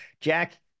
Jack